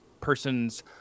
persons